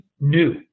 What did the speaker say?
new